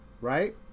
right